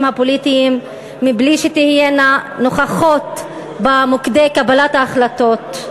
הפוליטיים מבלי שתהיינה נוכחות במוקדי קבלת ההחלטות,